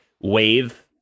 wave